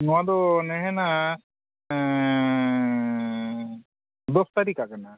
ᱱᱚᱣᱟ ᱫᱚ ᱫᱚᱥ ᱛᱟᱹᱨᱤᱠᱟᱜ ᱠᱟᱱᱟ